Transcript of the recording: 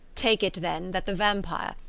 take it, then, that the vampire,